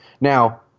Now